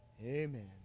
Amen